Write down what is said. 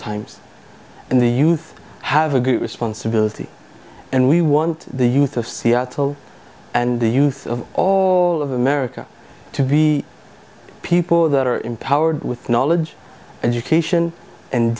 times and the youth have a responsibility and we want the youth of seattle and the youth of all of america to be people that are empowered with knowledge and education and